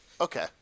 Okay